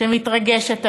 שמתרגשת עלינו?